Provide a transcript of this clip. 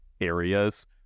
areas